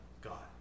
God